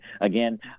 Again